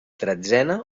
tretzena